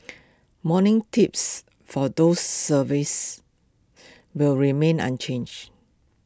morning tips for those services will remain unchanged